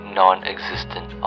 non-existent